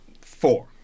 four